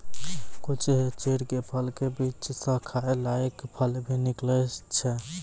कुछ चीड़ के फल के बीच स खाय लायक फल भी निकलै छै